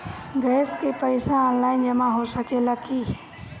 Gas के पइसा online जमा हो सकेला की?